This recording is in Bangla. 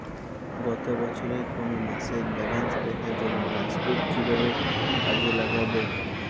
গত বছরের কোনো মাসের ব্যালেন্স দেখার জন্য পাসবুক কীভাবে কাজে লাগাব?